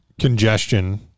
congestion